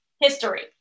history